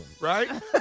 right